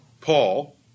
Paul